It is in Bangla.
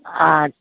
আর